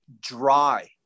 dry